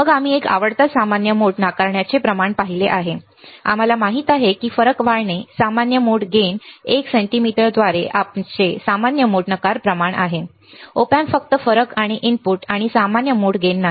मग आम्ही एक आवडता सामान्य मोड नाकारण्याचे प्रमाण पाहिले आहे आम्हाला माहित आहे की फरक वाढणे सामान्य मोड लाभ जाहिरातीचे एक सेमी द्वारे आमचे सामान्य मोड नकार प्रमाण आहे Op Amps फक्त फरक आणि इनपुट आणि सामान्य मोड लाभ नाही